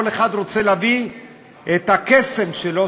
כל אחד רוצה להביא את הקסם שלו,